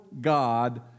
God